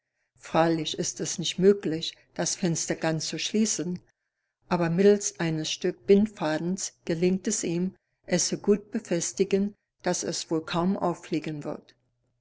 freilich ist es nicht möglich das fenster ganz zu schließen aber mittels eines stück bindfadens gelingt es ihm es so gut befestigen daß es wohl kaum auffliegen wird